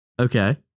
okay